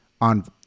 on